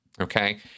Okay